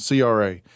CRA